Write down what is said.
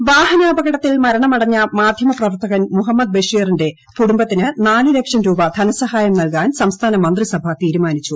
ബഷീർ ് വാഹനാപകടത്തിൽ മിർണ്മടഞ്ഞ മാധ്യമപ്രവർത്തകൻ മുഹമ്മദ് ബഷീറിന്റെ കുടുംബത്തിന് നാല് ലക്ഷം രൂപ ധനസഹായം നൽകാൻ ് സംസ്ഥാന മന്ത്രിസഭ തീരുമാനിച്ചു